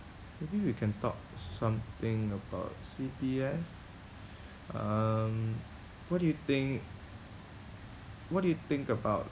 maybe we can talk something about C_P_F um what do you think what do you think about